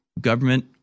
government